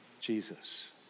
Jesus